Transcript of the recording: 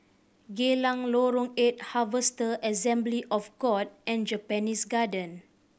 Geylang Lorong Eight Harvester Assembly of God and Japanese Garden